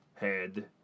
head